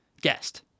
guest